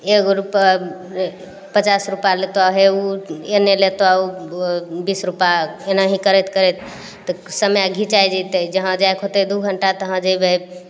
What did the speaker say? एगो रूपा पचास रूपा लेतो हे उ एने लेतो बीस रूपा एनाही करैत करैत तऽ समय घिचाइ जेतय जहाँ जायके होतय दू घण्टा जहां जइबय